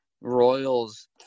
Royals